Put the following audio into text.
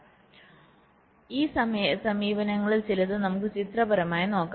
അതിനാൽ ഈ സമീപനങ്ങളിൽ ചിലത് നമുക്ക് ചിത്രപരമായി നോക്കാം